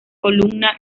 columna